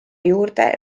juurde